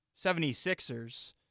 76ers